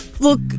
look